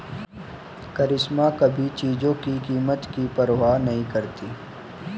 करिश्मा कभी चीजों की कीमत की परवाह नहीं करती